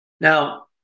Now